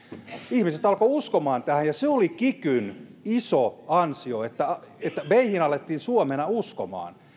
ihmiset alkoivat uskoa tähän ja se oli kikyn iso ansio että että meihin alettiin suomena uskomaan